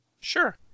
Sure